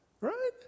Right